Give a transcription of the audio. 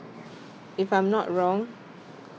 if I'm not wrong